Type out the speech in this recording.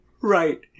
Right